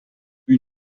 plus